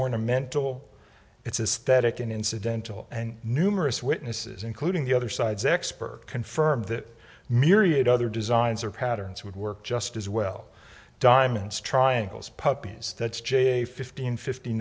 ornamental it's a static and incidental and numerous witnesses including the other side's expert confirmed that myriad other designs are patterns would work just as well diamonds triangles puppy's that's j a fifteen fifty